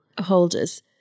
holders